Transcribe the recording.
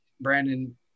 Brandon